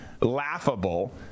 laughable